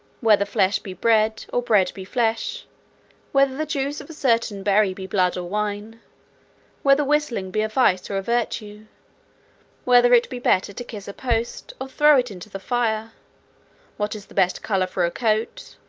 whether flesh be bread, or bread be flesh whether the juice of a certain berry be blood or wine whether whistling be a vice or a virtue whether it be better to kiss a post, or throw it into the fire what is the best colour for a coat,